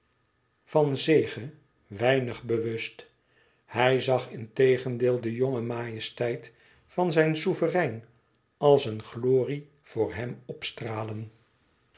van zege weinig bewust hij zag integendeel de jonge majesteit van zijn souverein als een glorie voor hem opstralen